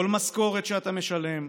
כל משכורת שאתה משלם,